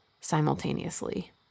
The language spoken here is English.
simultaneously